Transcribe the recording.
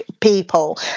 people